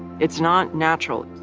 it's not natural.